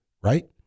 right